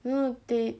no no no they